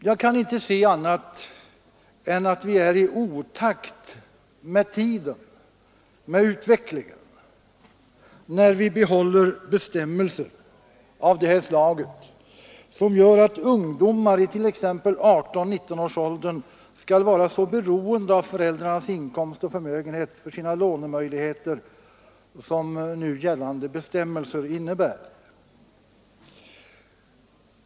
Jag kan inte finna annat än att vi är i otakt med tiden, med utvecklingen, när vi behåller bestämmelser som gör att ungdomar i 18—19-årsåldern skall vara så beroende av föräldrarnas inkomst och förmögenhet för sina lånemöjligheter som här är fallet.